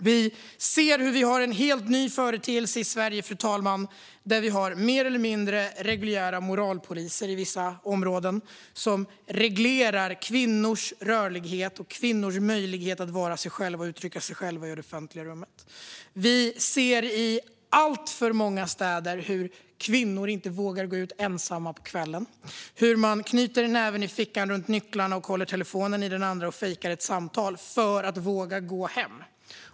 Vi ser en helt ny företeelse i Sverige, fru talman: Vi har i vissa områden mer eller mindre reguljära moralpoliser, som reglerar kvinnors rörlighet och möjlighet att vara sig själva och uttrycka sig i det offentliga rummet. Vi ser i alltför många städer hur kvinnor inte vågar gå ut ensamma på kvällen, hur man knyter näven i fickan runt nycklarna, håller telefonen i den andra och fejkar ett samtal för att våga gå hem.